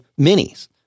minis